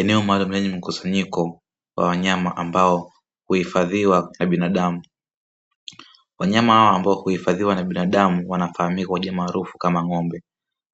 Eneo maalumu lenye mkusanyiko wa wanyama, ambao huifadhiwa na binadamu. Wanyama hawa ambao huifadhiwa na binadamu wanajulikana kwa jina maarufu kama ng'ombe,